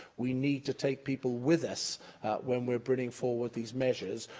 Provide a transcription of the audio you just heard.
we need to take people with us when we're bringing forward these measures,